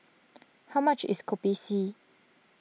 how much is Kopi C